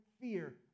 fear